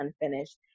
unfinished